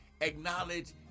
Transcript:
acknowledge